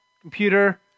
computer